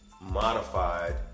modified